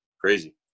crazy